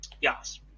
Yes